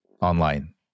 online